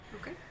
Okay